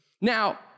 Now